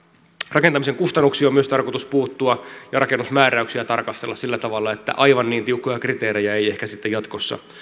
rakentamisen kustannuksiin on myös tarkoitus puuttua ja rakennusmääräyksiä tarkastella sillä tavalla että aivan niin tiukkoja kriteerejä ei ehkä sitten jatkossa